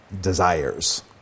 desires